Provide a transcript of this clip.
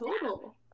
total